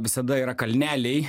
visada yra kalneliai